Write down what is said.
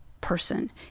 person